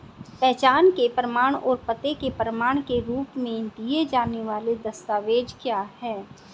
पहचान के प्रमाण और पते के प्रमाण के रूप में दिए जाने वाले दस्तावेज क्या हैं?